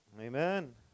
Amen